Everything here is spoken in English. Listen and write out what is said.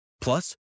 Plus